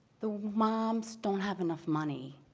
the moms don't have enough money,